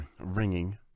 Ringing